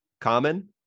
common